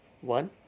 One